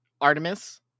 Artemis